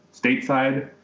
stateside